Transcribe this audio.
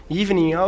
evening